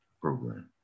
program